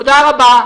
תודה רבה.